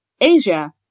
Asia